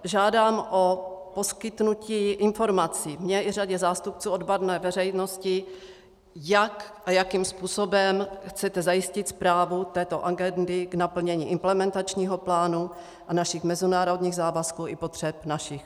Žádám o poskytnutí informací, mně i řadě zástupců odborné veřejnosti, jak a jakým způsobem chcete zajistit správu této agendy k naplnění implementačního plánu a našich mezinárodních závazků i potřeb našich občanů.